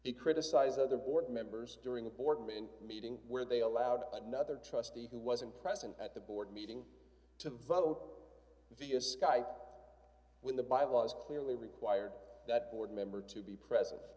he criticized other board members during the boardman meeting where they allowed another trustee who wasn't present at the board meeting to vote via skype when the bylaws clearly required that board member to be presen